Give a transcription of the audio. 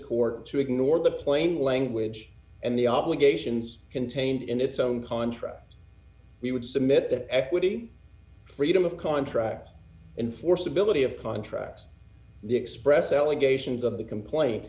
court to ignore the plain language and the obligations contained in its own contract we would submit that equity freedom of contract enforceability of contracts the express allegations of the complaint